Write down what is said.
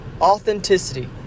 authenticity